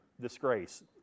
disgrace